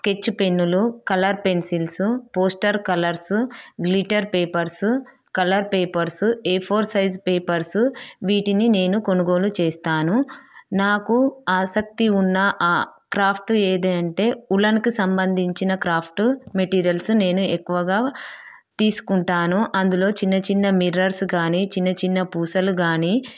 sketch పెన్నులు colour pencils poster colours glitter papers colour papers A four size papers వీటిని నేను కొనుగోలు చేస్తాను నాకు ఆసక్తి ఉన్న ఆ క్రాఫ్ట్ ఏదంటే ఉలన్కు సంబంధించిన క్రాఫ్ట్ మెటీరియల్స్ నేను ఎక్కువగా తీసుకుంటాను అందులో చిన్న చిన్న మిర్రర్స్ కాని చిన్న చిన్న పూసలు కాని